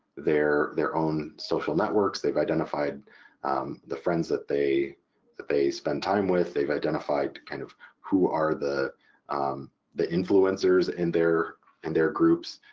their their own social networks, they've identified the friends that they that they spend time with, they've identified kind of who are the the influencers and in and their groups,